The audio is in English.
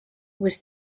was